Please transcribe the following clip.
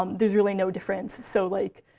um there's really no difference. so like